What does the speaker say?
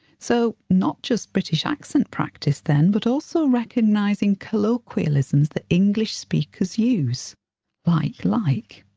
so not just british accent practice then, but also recognising colloquialisms that english speakers use like, like'.